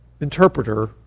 interpreter